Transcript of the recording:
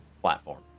platform